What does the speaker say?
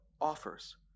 offers